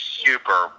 super